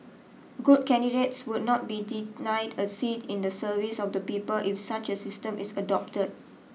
good candidates would not be denied a seat in the service of the people if such a system is adopted